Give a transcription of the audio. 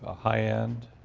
ah high end,